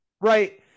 right